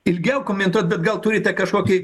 ilgiau komentuot bet gal turite kažkokį